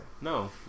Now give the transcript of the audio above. No